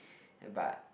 but